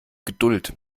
geduld